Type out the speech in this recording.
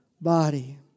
body